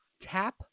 Tap